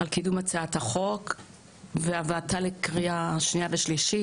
על קידום הצעת החוק והבאתה לקריאה שנייה ושלישית,